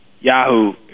Yahoo